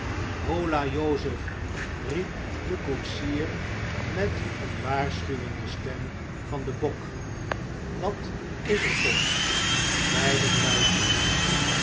hola jozef riep de koetsier met een waarschuwende stem van den bok wat is er tom beiden luisterden